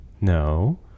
No